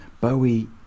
Bowie